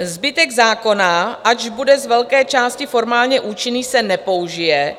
Zbytek zákona, ač bude z velké části formálně účinný, se nepoužije.